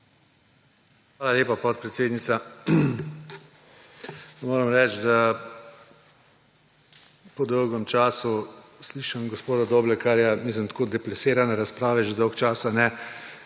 Hvala lepa podpredsednica. Moram reči, da po dolgem času slišim gospoda Doblekarja in da tako deplasirane razprave že dolgo časa ne,